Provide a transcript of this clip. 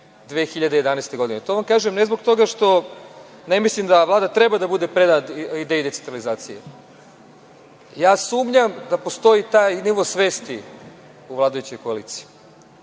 2011. godine. To vam kažem ne zbog toga što ne mislim da Vlada treba da bude predana ideji decentralizacije. Ja sumnjam da postoji taj nivo svesti u vladajućoj koaliciji.